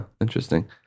interesting